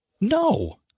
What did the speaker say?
No